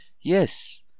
Yes